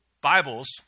Bibles